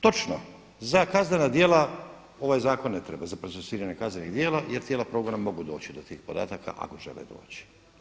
Točno, za kaznena djela ovaj zakon ne treba, za procesuiranje kaznenih djela jer tijela progona mogu doći do tih podataka ako žele doći.